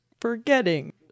forgetting